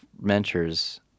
mentors